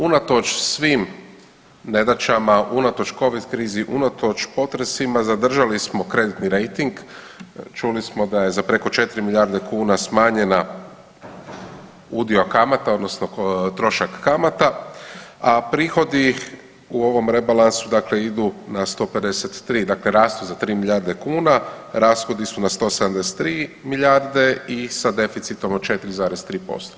Unatoč svim nedaćama, unatoč covid krizi, unatoč potresima zadržali smo kreditni rejting, čuli smo da je za preko 4 milijarde kuna smanjena udio kamata odnosno trošak kamata, a prihodi u ovom rebalansu dakle idu na 153, dakle rastu za 3 milijarde kuna, rashodi su na 173 milijarde i sa deficitom od 4,3%